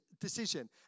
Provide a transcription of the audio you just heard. decision